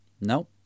No